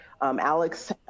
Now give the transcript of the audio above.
Alex